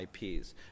IPs